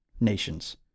nations